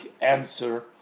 answer